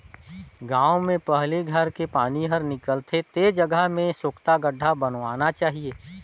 गांव में पहली घर के पानी हर निकल थे ते जगह में सोख्ता गड्ढ़ा बनवाना चाहिए